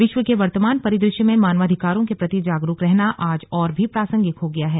विश्व के वर्तमान परिद्र श्य में मानवाधिकारों के प्रति जागरूक रहना आज और भी प्रासंगिक हो गया है